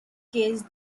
case